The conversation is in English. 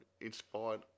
inspired